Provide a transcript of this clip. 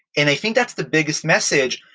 and i think that's the biggest message,